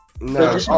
No